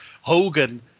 Hogan